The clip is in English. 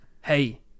Hey